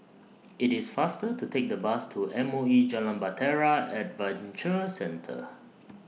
IT IS faster to Take The Bus to M O E Jalan Bahtera Adventure Centre